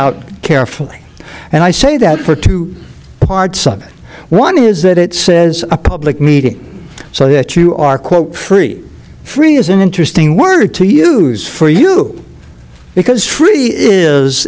out carefully and i say that for two parts of it one is that it says a public meeting so that you are quote free free is an interesting word to use for you because